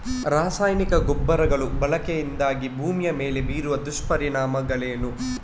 ರಾಸಾಯನಿಕ ಗೊಬ್ಬರಗಳ ಬಳಕೆಯಿಂದಾಗಿ ಭೂಮಿಯ ಮೇಲೆ ಬೀರುವ ದುಷ್ಪರಿಣಾಮಗಳೇನು?